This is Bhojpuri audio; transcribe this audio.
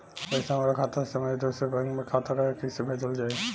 पैसा हमरा खाता से हमारे दोसर बैंक के खाता मे कैसे भेजल जायी?